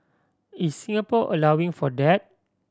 is Singapore allowing for that